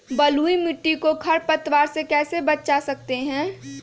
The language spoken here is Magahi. बलुई मिट्टी को खर पतवार से कैसे बच्चा सकते हैँ?